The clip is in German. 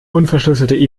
unverschlüsselte